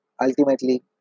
ultimately